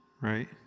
right